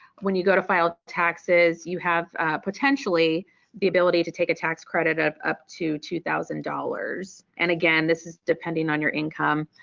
when you go to file taxes you have potentially the ability to take a tax credit of up to two thousand dollars and again this is depending on your income.